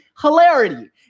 hilarity